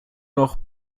noch